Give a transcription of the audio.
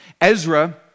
Ezra